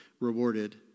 rewarded